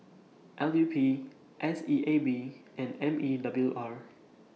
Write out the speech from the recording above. L U P S E A B and M E W R